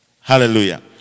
Hallelujah